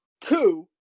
Two